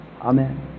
Amen